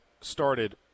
started